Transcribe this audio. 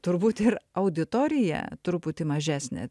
turbūt ir auditorija truputį mažesnė